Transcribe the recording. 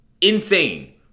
insane